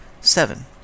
Seven